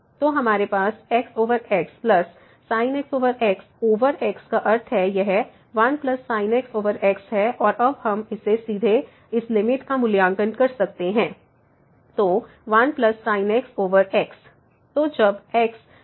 तो हमारे पास xxsin x x x का अर्थ है यह 1sin x xहै और अब हम सीधे इस लिमिट का मूल्यांकन कर सकते हैं तो 1sin x x तो जब x→∞है